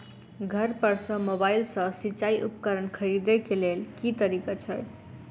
घर पर सऽ मोबाइल सऽ सिचाई उपकरण खरीदे केँ लेल केँ तरीका छैय?